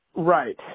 Right